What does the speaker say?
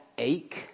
ache